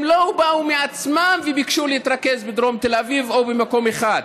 הם לא באו מעצמם וביקשו להתרכז בדרום תל אביב או במקום אחד.